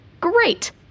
Great